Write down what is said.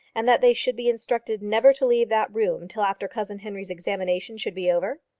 and that they should be instructed never to leave that room till after cousin henry's examination should be over?